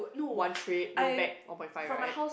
one trip then back one point five right